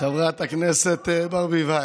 חברת הכנסת ברביבאי.